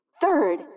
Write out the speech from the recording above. Third